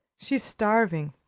she's starving.